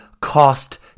cost